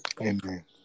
Amen